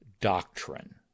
doctrine